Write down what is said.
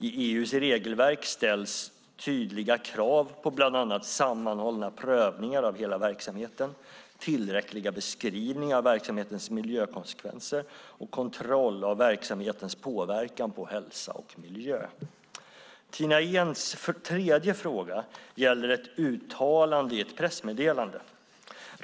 I EU:s regelverk ställs tydliga krav på bland annat sammanhållna prövningar av hela verksamheten, tillräckliga beskrivningar av verksamhetens miljökonsekvenser och kontroll av verksamhetens påverkan på hälsa och miljö. Tina Ehns tredje fråga gäller ett uttalande i ett pressmeddelande.